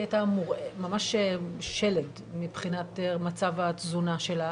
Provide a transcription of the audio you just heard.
היא הייתה ממש שלד מבחינת מצב התזונה שלה.